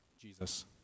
Jesus